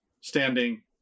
standing